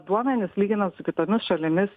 duomenys lyginant su kitomis šalimis